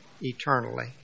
eternally